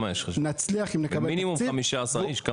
זה מינימום 15 איש.